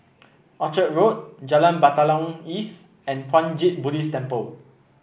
Orchard Road Jalan Batalong East and Puat Jit Buddhist Temple